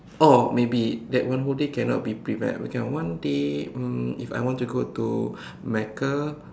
oh maybe that one whole day cannot be prepared we can one day um if I want go to Mecca